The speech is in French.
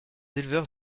éleveurs